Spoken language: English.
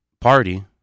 party